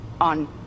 on